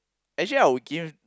actually I would give